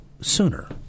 sooner